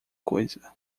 coisa